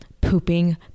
pooping